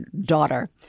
daughter